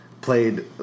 played